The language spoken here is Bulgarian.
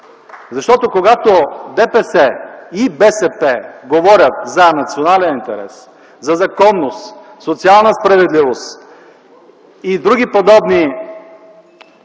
Защото когато ДПС и БСП говорят за национален интерес, за законност, социална справедливост и други подобни